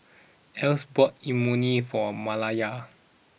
Elsie bought Imoni for Malaya